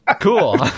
Cool